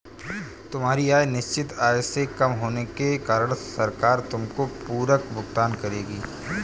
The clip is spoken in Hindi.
तुम्हारी आय निश्चित आय से कम होने के कारण सरकार तुमको पूरक भुगतान करेगी